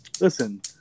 Listen